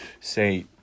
say